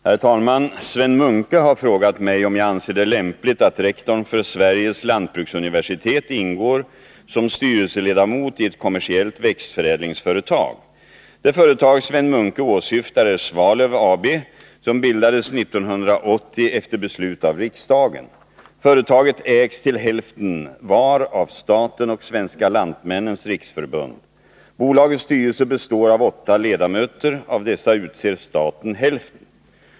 Herr talman! Sven Munke har frågat mig om jag anser det lämpligt att rektorn för Sveriges lantbruksuniversitet ingår som styrelseledamot i ett kommersiellt växtförädlingsföretag. Det företag Sven Munke åsyftar är Svalöf AB, som bildades 1980 efter beslut av riksdagen. Företaget ägs till hälften var av staten och Svenska lantmännens riksförbund. Bolagets styrelse består av åtta ledamöter. Av dessa utser staten hälften.